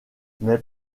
mais